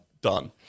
Done